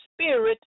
spirit